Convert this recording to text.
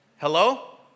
Hello